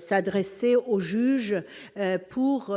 s'adresser au juge pour